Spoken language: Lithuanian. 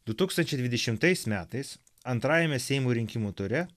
du tūkstančiai dvidešimais metais antrajame seimo rinkimų ture